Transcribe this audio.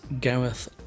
Gareth